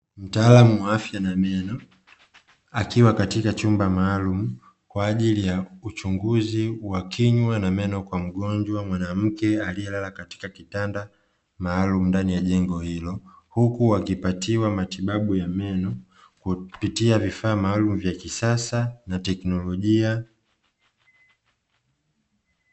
Mtaalamu wa afya na meno akiwa katika chumba maalumu kwa ajili ya uchunguzi wa kinywa na meno, kwa mgonjwa mwanamke alielala katika kitanda maalumu ndani ya jengo ilo, huku akipatiwa matibabu ya meno kupitia vifaa maalumu vya kisasa na teknolojia.